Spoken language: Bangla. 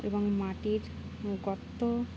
এবং মাটির গর্ত